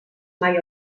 mai